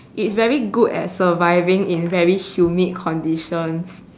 it's very good at surviving in very humid conditions